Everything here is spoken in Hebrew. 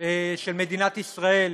של מדינת ישראל,